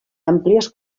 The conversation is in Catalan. àmplies